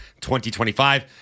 2025